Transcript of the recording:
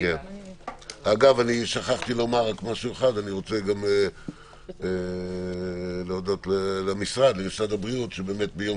אני רוצה באמת להודות למשרד שבאמת ביום